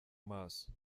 maso